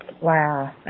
Wow